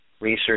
research